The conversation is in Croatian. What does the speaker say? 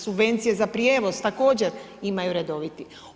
Subvencije za prijevoz, također imaju redoviti.